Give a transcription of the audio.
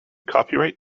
copyright